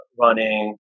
running